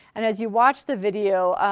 and as you watch the video,